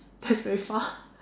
that's very far